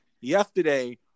Yesterday